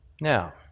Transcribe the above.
Now